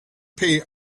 pay